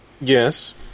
Yes